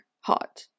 hot